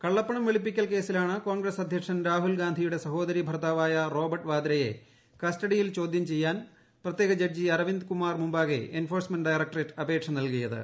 കള്ളപ്പണം വെളുപ്പിക്കൽ കേസിലാണ് കോൺഗ്രസ് അധ്യക്ഷൻ രാഹുൽ ഗാന്ധിയുടെ സഹോദരീ ഭർത്താവായ റോബർട്ട് വാദ്രയെ കസ്റ്റഡിയിൽ ചോദ്യം ചെയ്യാൻ പ്രത്യേക ജഡ്ജി അരവിന്ദ് കുമാർ മുമ്പാകെ എൻഫോഴ്മെന്റ് ഡയക്ടറേറ്റ അപേക്ഷ നൽകിയത്